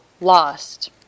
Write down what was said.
lost